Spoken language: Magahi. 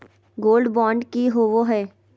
गोल्ड बॉन्ड की होबो है?